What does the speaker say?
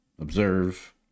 observe